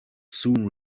soon